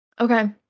okay